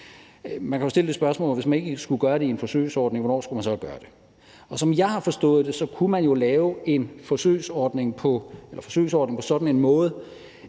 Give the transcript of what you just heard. Man kan jo stille det spørgsmål, at hvis ikke man skulle gøre det i en forsøgsordning, hvornår skulle man så gøre det? Og som jeg har forstået det, kunne man jo lave en forsøgsordning på sådan en måde,